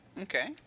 Okay